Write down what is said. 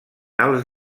els